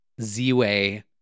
Z-Way